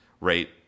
rate